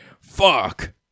fuck